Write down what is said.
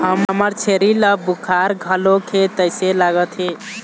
हमर छेरी ल बुखार घलोक हे तइसे लागत हे